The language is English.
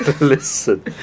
Listen